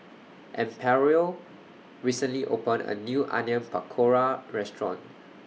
Amparo recently opened A New Onion Pakora Restaurant